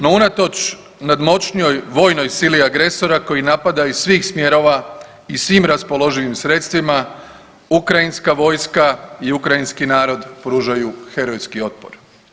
No unatoč nadmoćnijoj vojnoj sili agresora koji napada iz svih smjerova i svim raspoloživim sredstvima ukrajinska vojska i ukrajinski narod pružaju herojski otpor.